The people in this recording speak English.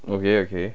okay okay